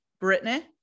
Brittany